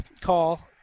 call